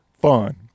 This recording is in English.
fun